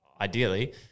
ideally